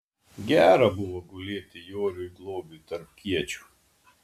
gera buvo gulėti joriui globiui tarp kiečių